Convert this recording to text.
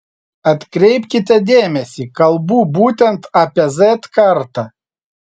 atkreipkite dėmesį kalbu būtent apie z kartą